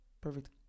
perfect